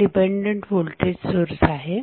dependent voltage source आहे